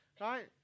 right